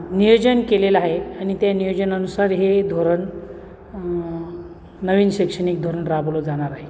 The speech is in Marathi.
नियोजन केलेलं आहे आणि त्या नियोजनानुसार हे धोरण नवीन शैक्षणिक धोरण राबवलं जाणार आहे